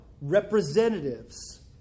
representatives